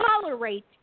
tolerate